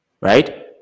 Right